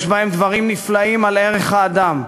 יש בהם דברים נפלאים על ערך האדם,